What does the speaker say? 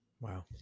Wow